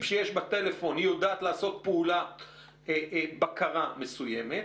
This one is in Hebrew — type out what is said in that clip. שיש בטלפון היא יודעת לעשות פעולת בקרה מסוימת,